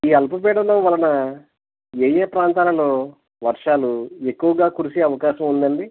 ఈ అల్పపీడనం వలన ఏఏ ప్రాంతాలలో వర్షాలు ఎక్కువగా కురిసే అవకాశం ఉందండి